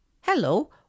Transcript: Hello